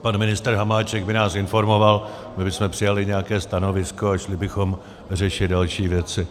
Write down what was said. Pan ministr Hamáček by nás informoval, my bychom přijali nějaké stanovisko a šli bychom řešit další věci.